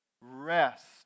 Rest